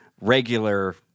regular